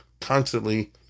Constantly